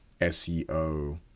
SEO